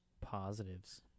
positives